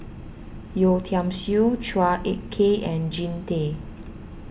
Yeo Tiam Siew Chua Ek Kay and Jean Tay